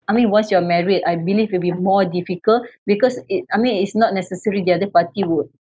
I mean once you're married I believe it'll be more difficult because it I mean it's not necessary the other party would